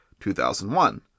2001